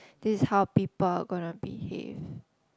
this is how people are gonna behave